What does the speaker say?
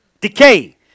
decay